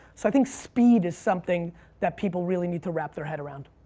so i think speed is something that people really need to wrap their head around.